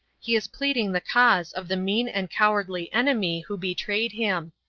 he is pleading the cause of the mean and cowardly enemy who betrayed him.